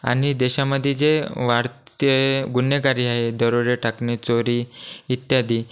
आणि देशामध्ये जे वाढते गुन्हेगारी आहेत दरोडे टाकणे चोरी इत्यादी